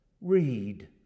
Read